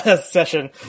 session